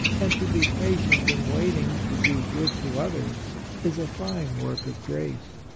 and to be patient in waiting to do good to others is a fine work of grace.